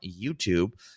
YouTube